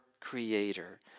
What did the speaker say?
creator